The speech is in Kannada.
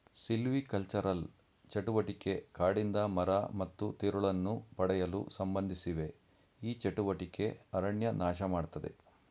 ಸಿಲ್ವಿಕಲ್ಚರಲ್ ಚಟುವಟಿಕೆ ಕಾಡಿಂದ ಮರ ಮತ್ತು ತಿರುಳನ್ನು ಪಡೆಯಲು ಸಂಬಂಧಿಸಿವೆ ಈ ಚಟುವಟಿಕೆ ಅರಣ್ಯ ನಾಶಮಾಡ್ತದೆ